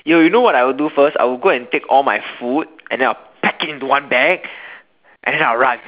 yo you know what I will do first I will go and take all my food and then I will pack it into one bag and then I will run